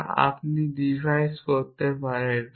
যা আপনি ডিভাইস করতে পারেন